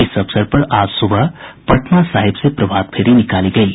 इस अवसर पर आज सुबह पटना साहिब से प्रभात फेरी निकाली गयी